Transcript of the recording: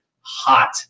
hot